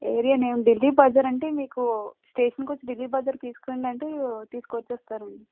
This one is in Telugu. ఏరియా నేమ్ ఢిల్లీ బజార్ అంటే మీకు స్టేషన్కొచ్చి ఢిల్లీ బజార్ తీసుకురండి అంటే తీసుకొచ్చేస్తారండి